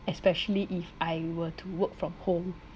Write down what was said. especially if I were to work from home